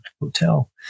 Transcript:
hotel